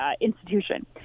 institution